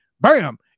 Bam